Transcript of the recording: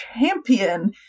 champion